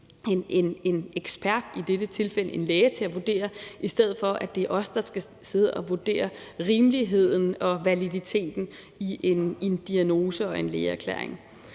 en ekspert, i dette tilfælde en læge, til at vurdere, i stedet for at det er os, der skal sidde og vurdere rimeligheden og validiteten af en diagnose og en lægeerklæring.